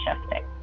shifting